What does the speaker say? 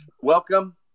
welcome